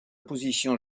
position